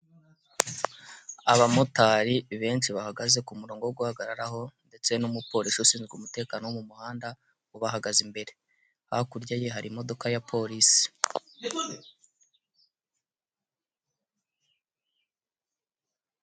Abamotari ni benshi bahagaze ku murongo wo guhagararaho, ndetse n'umupolisi ushinzwe umutekano wo mu muhanda ubahagaze imbere. Hakurya ye hari imodoka ya Polisi.